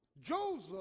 Joseph